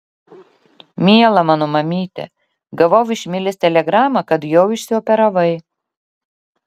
miela mano mamyte gavau iš milės telegramą kad jau išsioperavai